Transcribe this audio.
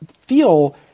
feel